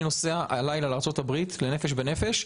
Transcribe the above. אני נוסע הלילה לארצות-הברית, ל-"נפש בנפש".